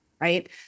right